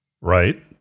Right